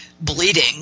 bleeding